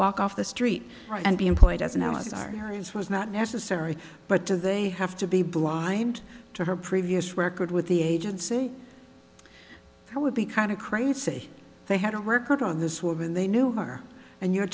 walk off the street and be employed as it was are his was not necessary but do they have to be blind to her previous record with the agency it would be kind of crazy they had a record of this when they knew her and you're